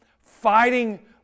fighting